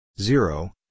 zero